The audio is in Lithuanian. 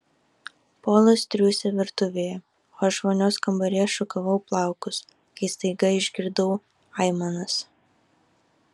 polas triūsė virtuvėje o aš vonios kambaryje šukavau plaukus kai staiga išgirdau aimanas